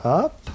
up